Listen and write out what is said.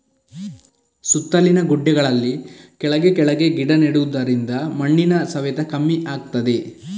ಸುತ್ತಲಿನ ಗುಡ್ಡೆಗಳಲ್ಲಿ ಕೆಳಗೆ ಕೆಳಗೆ ಗಿಡ ನೆಡುದರಿಂದ ಮಣ್ಣಿನ ಸವೆತ ಕಮ್ಮಿ ಆಗ್ತದೆ